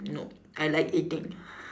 nope I like eating